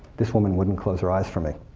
this woman wouldn't close her eyes from me.